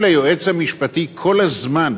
ליועץ המשפטי כל הזמן,